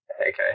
Okay